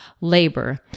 labor